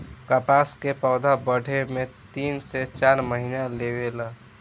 कपास के पौधा बढ़े में तीन से चार महीना लेवे ला